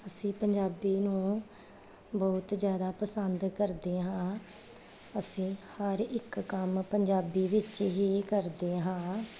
ਅਸੀਂ ਪੰਜਾਬੀ ਨੂੰ ਬਹੁਤ ਜ਼ਿਆਦਾ ਪਸੰਦ ਕਰਦੇ ਹਾਂ ਅਸੀਂ ਹਰ ਇੱਕ ਕੰਮ ਪੰਜਾਬੀ ਵਿੱਚ ਹੀ ਕਰਦੇ ਹਾਂ